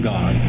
God